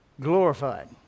Glorified